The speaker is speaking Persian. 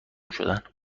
شدن